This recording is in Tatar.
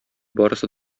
барысы